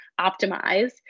optimize